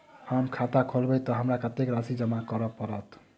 हम खाता खोलेबै तऽ हमरा कत्तेक राशि जमा करऽ पड़त?